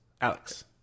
alex